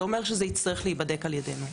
זה אומר שזה יצטרך להיבדק על ידנו.